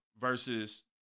versus